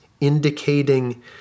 indicating